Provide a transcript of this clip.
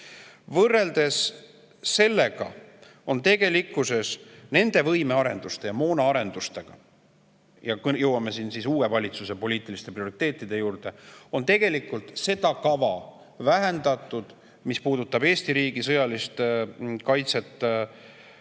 Võrreldes sellega on tegelikult võimearenduste ja moonaarenduste osas – jõuame siin uue valitsuse poliitiliste prioriteetide juurde – seda kava vähendatud. Mis puudutab Eesti riigi sõjalist kaitset, siis